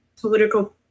political